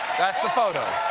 that's the photo!